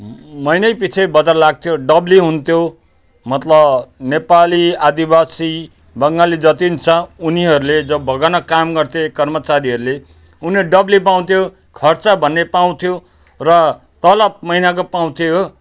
महिनैपिछे बजार लाग्थ्यो डबली हुन्थ्यो मतलब नेपाली आदिवासी बङ्गाली जति पनि छ उनीहरूले जो बगानमा काम गर्थे कर्मचारीहरूले उनीहरू डबली पाउँथ्यो खर्च भन्ने पाउँथ्यो र तलब महिनाको पाउँथ्यो हो